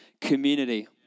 community